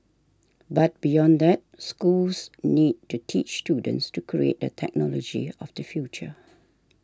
but beyond that schools need to teach students to create the technology of the future